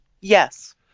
Yes